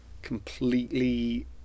Completely